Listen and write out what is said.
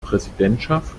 präsidentschaft